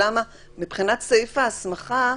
מבחינת סעיף ההסמכה,